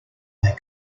their